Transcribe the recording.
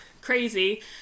crazy